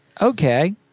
Okay